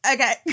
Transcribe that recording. Okay